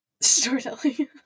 Storytelling